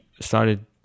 started